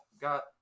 got